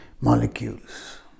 molecules